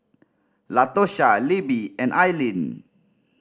Latosha Libbie and Ailene